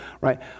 right